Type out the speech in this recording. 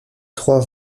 trois